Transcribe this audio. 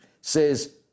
says